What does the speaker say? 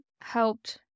helped